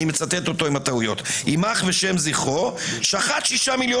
אני מצטט אותו עם הטעויות שחט 6 מיליון